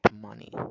money